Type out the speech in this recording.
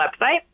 website